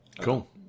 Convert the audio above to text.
Cool